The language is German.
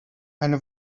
eine